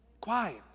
Quiet